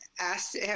asked